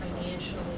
financially